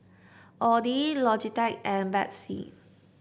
Audi Logitech and Betsy